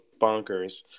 bonkers